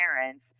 parents